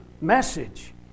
message